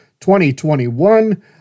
2021